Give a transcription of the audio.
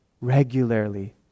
regularly